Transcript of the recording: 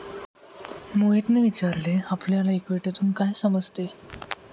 मोहितने विचारले आपल्याला इक्विटीतून काय समजते?